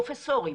פרופסורים,